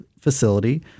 facility